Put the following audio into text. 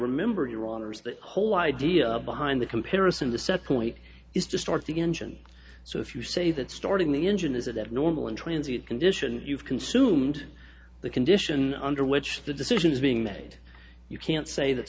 remember your honour's the whole idea behind the comparison the set point is to start the engine so if you say that starting the engine is at that normal in transit condition you've consumed the condition under which the decisions being made you can't say that